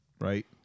right